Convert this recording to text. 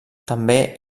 també